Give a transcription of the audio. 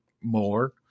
more